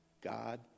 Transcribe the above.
God